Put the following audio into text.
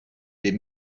des